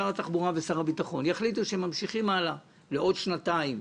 שר התחבורה ושר הביטחון יחליטו שהם ממשיכים הלאה לעוד שנתיים,